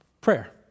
prayer